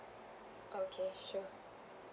okay sure